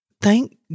Thank